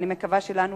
אני מקווה שלנו,